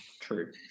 True